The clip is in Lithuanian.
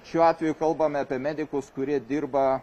šiuo atveju kalbame apie medikus kurie dirba